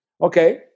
okay